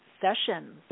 sessions